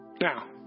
Now